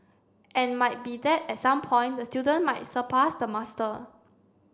and might be that at some point the student might surpass the master